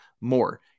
more